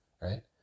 right